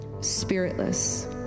spiritless